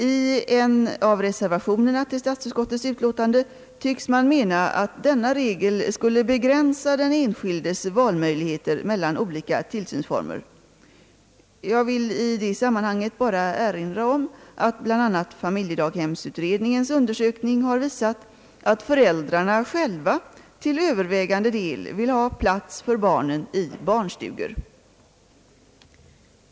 I en av reservationerna till statsutskottets utlåtande tycks man mena att denna regel skulle begränsa den enskildes möjligheter att välja mellan olika tillsynsformer. Jag vill i det sammanhanget bara erinra om att bl.a. familjedaghemsutredningens undersökning har visat att föräldrarna själva till övervägande del vill ha plats för barnen i barnstugor.